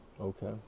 Okay